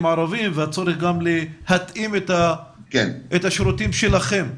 הערבים והצורך להתאים את השירותים שלכם.